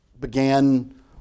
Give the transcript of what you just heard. began